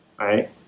Right